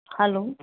hello